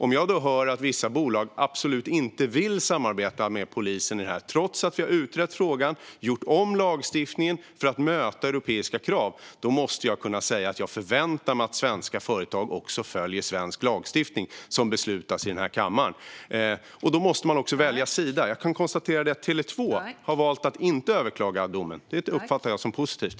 Om jag då hör att vissa bolag absolut inte vill samarbeta med polisen i detta trots att vi utrett frågan och gjort om lagstiftningen för att möta europeiska krav, då måste jag kunna säga att jag förväntar mig att svenska företag också följer svensk lagstiftning som beslutas i denna kammare. Då måste man också välja sida. Jag kan konstatera att Tele 2 har valt att inte överklaga domen. Det uppfattar jag som positivt.